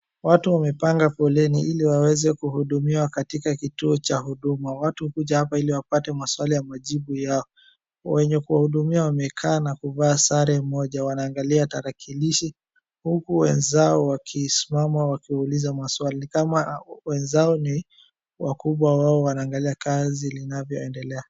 Watu wamepanga foreni iliwaweze kuhudumiwa katika kituo cha huduma. Watu huja hapa ili wapate maswali ya majibu yao. Wenye kuwahudumia wamevaa sare moja. Wanaangalia tarakirishi huku wenzao wakisimama wakiuliza maswali, kama wenzao ni wakubwa wao wanaangalia kazi inavyoendelea.